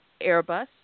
Airbus